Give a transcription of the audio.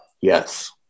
Yes